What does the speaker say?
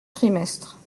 trimestre